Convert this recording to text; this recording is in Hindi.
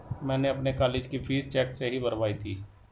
मैंने अपनी कॉलेज की फीस चेक से ही भरवाई थी